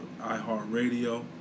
iHeartRadio